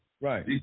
Right